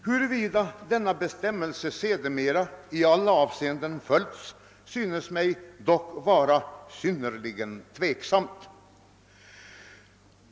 Huruvida bestämmelsen i alla avseenden följts förefaller dock vara synnerligen tveksamt.